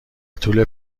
طول